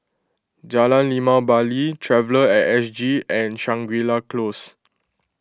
Jalan Limau Bali Traveller at S G and Shangri La Close